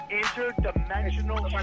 interdimensional